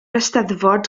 eisteddfod